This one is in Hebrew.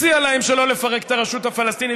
מציע להם שלא לפרק את הרשות הפלסטינית.